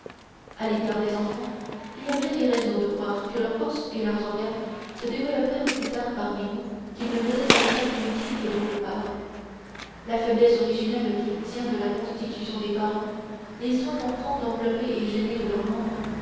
à l'égard des enfants il y a bien des raisons de croire que leurs forces et leurs organes se développèrent plus tard parmi nous qu'ils ne faisaient dans l'état primitif dont je parle la faiblesse originelle qu'ils tirent de la constitution des parents les soins qu'on prend d'envelopper et gêner tous leurs membres